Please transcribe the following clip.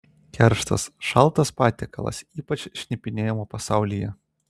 kerštas šaltas patiekalas ypač šnipinėjimo pasaulyje